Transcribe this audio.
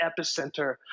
epicenter